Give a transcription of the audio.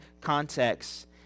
context